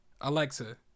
Alexa